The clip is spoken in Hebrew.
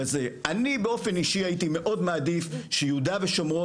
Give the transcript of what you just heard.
אני באופן אישי הייתי מאוד מעדיף שיהודה ושומרון